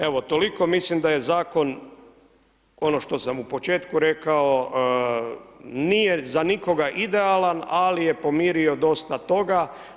Evo toliko, mislim da je Zakon, ono što sam u početku rekao, nije za nikoga idealan ali je pomirio dosta toga.